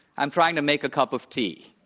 i'm trying to make a cup of tea.